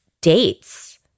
dates